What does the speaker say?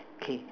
okay